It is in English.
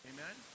Amen